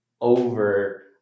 over